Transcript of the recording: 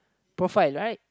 profile right